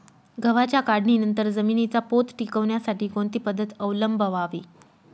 गव्हाच्या काढणीनंतर जमिनीचा पोत टिकवण्यासाठी कोणती पद्धत अवलंबवावी?